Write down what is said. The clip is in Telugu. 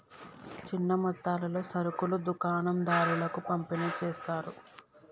చిన్న మొత్తాలలో సరుకులు దుకాణం దారులకు పంపిణి చేస్తారు